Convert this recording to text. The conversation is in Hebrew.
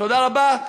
תודה רבה.